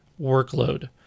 workload